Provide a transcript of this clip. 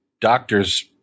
doctor's